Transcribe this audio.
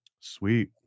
Sweet